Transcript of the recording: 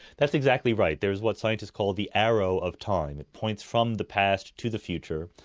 that is exactly right. there is what scientists call the arrow of time, it points from the past to the future.